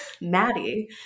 Maddie